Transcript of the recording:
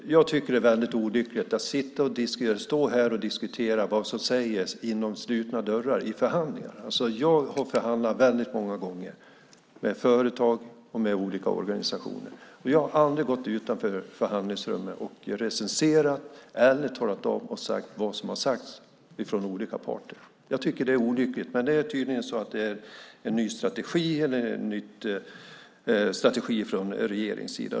Jag tycker att det är väldigt olyckligt att diskutera vad som sägs bakom slutna dörrar i en förhandling. Jag har förhandlat väldigt många gånger med företag och med olika organisationer. Jag har aldrig gått utanför förhandlingsrummen och recenserat eller talat om vad som har sagts av olika parter. Jag tycker att det är olyckligt. Men det är tydligen en ny strategi från regeringens sida.